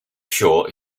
shore